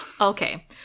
Okay